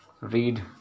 read